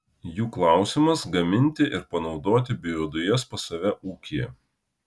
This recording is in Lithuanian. jų klausimas gaminti ir panaudoti biodujas pas save ūkyje